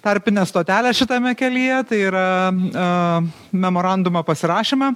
tarpinę stotelę šitame kelyje tai yra memorandumo pasirašymą